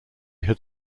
had